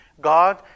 God